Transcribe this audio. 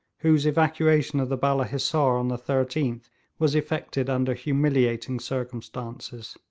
whose evacuation of the balla hissar on the thirteenth was effected under humiliating circumstances.